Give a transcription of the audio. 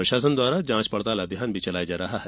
प्रशासन द्वारा जांच पड़ताल अभियान भी चलाया जा रहा है